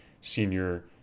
senior